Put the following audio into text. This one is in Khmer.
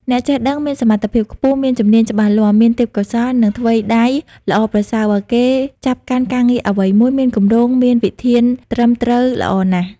អ្នកចេះដឹងមានសមត្ថភាពខ្ពស់ មានជំនាញច្បាស់លាស់ មានទេពកោសល្យ និងថ្វីដៃល្អប្រសើរ បើគេចាប់កាន់ការងារអ្វីមួយ មានគម្រោង មានវិធានត្រឹមត្រូវល្អណាស់ ។